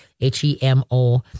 h-e-m-o